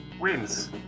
wins